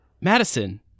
Madison